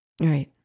Right